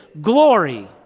glory